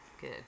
good